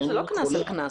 זה לא קנס על קנס.